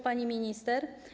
Pani Minister!